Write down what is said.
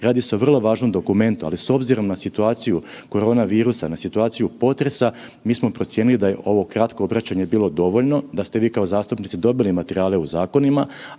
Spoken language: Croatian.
radi se o vrlo važnom dokumentu, ali s obzirom na situaciju korona virusa, na situaciju potresa mi smo procijenili da je ovo kratko obraćanje bilo dovoljno, da ste vi kao zastupnici dobili materijale u zakonima.